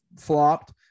flopped